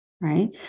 Right